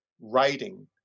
writing